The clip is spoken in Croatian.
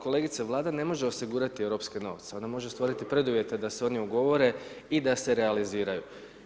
Kolegice Vlada ne može osigurati europske novce, ona može stvoriti preduvjete da se oni ugovore i da se realiziraju.